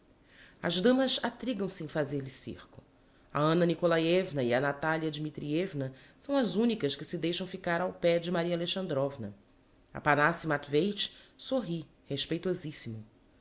as damas atrigam se em fazer-lhe cerco a anna nikolaievna e a natalia dmitrievna são as unicas que se deixam ficar ao pé de maria alexandrovna aphanassi matveich sorri respeitozissimo